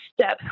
step